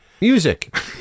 music